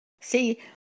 See